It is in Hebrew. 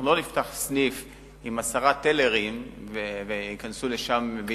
אנחנו לא נפתח סניף עם עשרה טלרים ויהיה שימוש